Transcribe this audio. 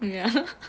ya